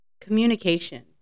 communication